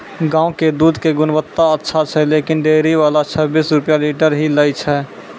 गांव के दूध के गुणवत्ता अच्छा छै लेकिन डेयरी वाला छब्बीस रुपिया लीटर ही लेय छै?